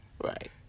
Right